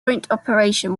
operation